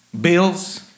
bills